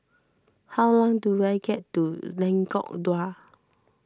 how long do I get to Lengkok Dua